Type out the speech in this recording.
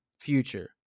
future